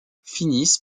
finissent